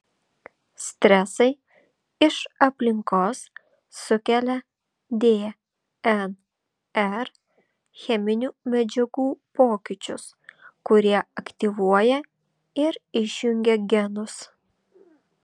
stresai iš aplinkos sukelia dnr cheminių medžiagų pokyčius kurie aktyvuoja ir išjungia genus